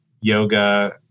yoga